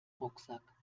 rucksack